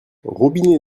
robinet